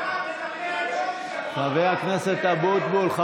חבר הכנסת גולן, תודה.